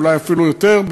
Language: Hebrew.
אולי אפילו יותר.